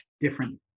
different